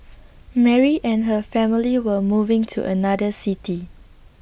Mary and her family were moving to another city